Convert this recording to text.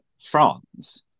France